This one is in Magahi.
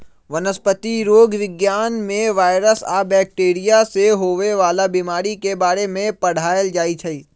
वनस्पतिरोग विज्ञान में वायरस आ बैकटीरिया से होवे वाला बीमारी के बारे में पढ़ाएल जाई छई